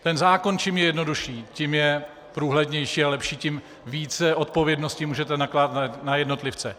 Ten zákon, čím je jednodušší, tím je průhlednější a lepší, tím více odpovědnosti můžete nakládat na jednotlivce.